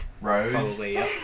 Rose